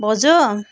भाउजू